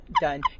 done